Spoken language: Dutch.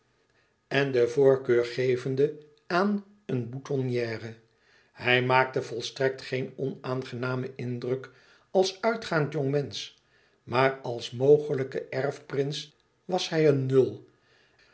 en den voorkeur gevende aan een boutonnière hij maakte volstrekt geen onaangenamen indruk als uitgaand jongmensch maar als mogelijk erfprins was hij een nul